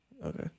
Okay